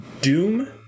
Doom